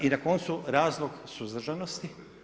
I na koncu, razlog suzdržanosti.